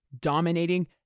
dominating